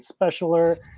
specialer